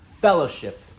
fellowship